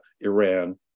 Iran